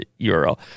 URL